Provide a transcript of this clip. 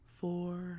four